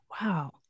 Wow